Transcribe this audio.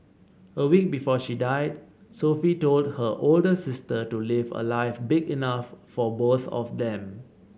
a week before she died Sophie told her older sister to live a life big enough for both of them